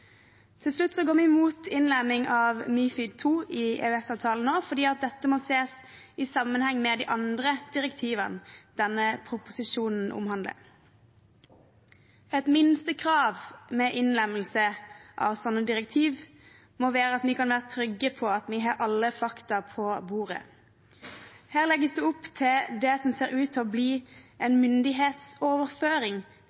Til slutt går vi imot innlemming av MiFID II i EØS-avtalen nå fordi dette må ses i sammenheng med de andre direktivene denne proposisjonen omhandler. Et minstekrav med innlemmelse av sånne direktiv må være at vi kan være trygge på at vi har alle fakta på bordet. Her legges det opp til det som ser ut til å bli